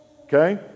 okay